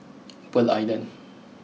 Pearl Island